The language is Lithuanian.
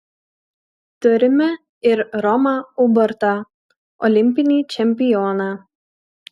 turime ir romą ubartą olimpinį čempioną